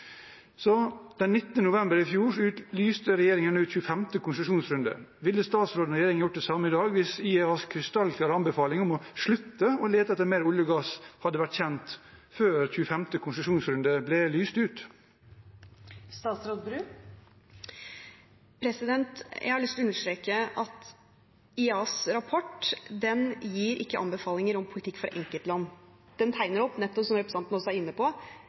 november i fjor lyste regjeringen ut 25. konsesjonsrunde. Ville statsråden og regjeringen gjort det samme i dag hvis IEAs krystallklare anbefaling om å slutte å lete etter mer olje og gass, hadde vært kjent før 25. konsesjonsrunde ble lyst ut? Jeg har lyst til å understreke at IEAs rapport ikke gir anbefalinger om politikk for enkeltland. Den tegner nettopp opp, som representanten også er inne på,